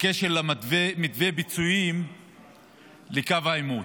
בקשר למתווה פיצויים לקו העימות.